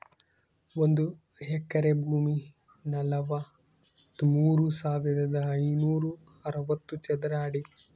ಒಂದು ಎಕರೆ ಭೂಮಿ ನಲವತ್ಮೂರು ಸಾವಿರದ ಐನೂರ ಅರವತ್ತು ಚದರ ಅಡಿ